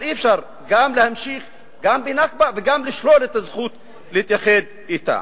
אבל אי-אפשר גם להמשיך ב"נכבה" וגם לשלול את הזכות להתייחד אתה.